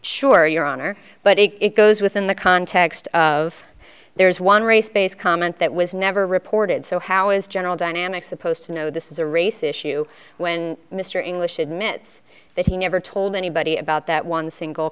sure your honor but it goes within the context of there is one race based comment that was never reported so how is general dynamics supposed to know this is a race issue when mr english admits that he never told anybody about that one single